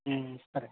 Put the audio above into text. సరే